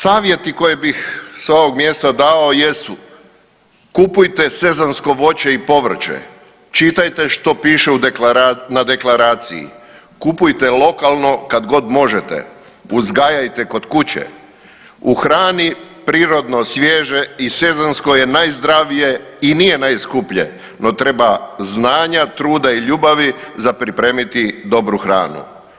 Savjeti koje bih sa ovog mjesta dao jesu kupujte sezonsko voće i povrće, čitajte što piše na deklaraciji, kupujte lokalno kad god možete, uzgajajte kod kuće, u hrani prirodno svježe i sezonsko je najzdravije i nije najskuplje, no treba znanja, truda i ljubavi za pripremiti dobru hranu.